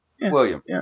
William